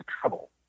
trouble